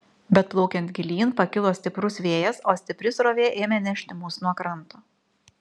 bet plaukiant gilyn pakilo stiprus vėjas o stipri srovė ėmė nešti mus nuo kranto